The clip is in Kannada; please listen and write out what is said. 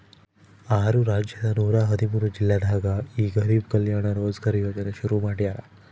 ಆರು ರಾಜ್ಯದ ನೂರ ಹದಿಮೂರು ಜಿಲ್ಲೆದಾಗ ಈ ಗರಿಬ್ ಕಲ್ಯಾಣ ರೋಜ್ಗರ್ ಯೋಜನೆ ಶುರು ಮಾಡ್ಯಾರ್